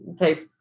okay